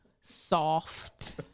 soft